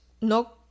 no